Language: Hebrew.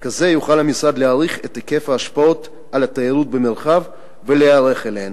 כזה יוכל המשרד להעריך את היקף ההשפעות על התיירות במרחב ולהיערך אליהן.